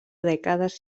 dècades